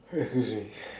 excuse me